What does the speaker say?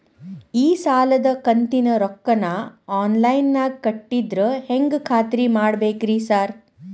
ಈ ಸಾಲದ ಕಂತಿನ ರೊಕ್ಕನಾ ಆನ್ಲೈನ್ ನಾಗ ಕಟ್ಟಿದ್ರ ಹೆಂಗ್ ಖಾತ್ರಿ ಮಾಡ್ಬೇಕ್ರಿ ಸಾರ್?